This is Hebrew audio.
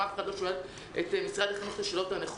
גם אף אחד לא שואל את משרד החינוך את השאלות הנכונות.